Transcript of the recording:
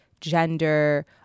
gender